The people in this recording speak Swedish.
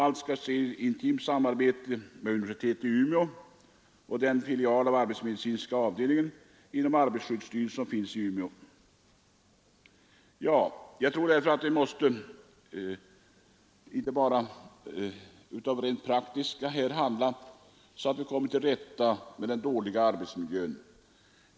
Allt skall ske i intimt samarbete med universitetet i Umeå och den filial av arbetsmedicinska avdelningen inom arbetarskyddsstyrelsen som finns i Umeå. Jag tror att vi måste i vårt praktiska handlande se till att vi kommer till rätta med den dåliga arbetsmiljön.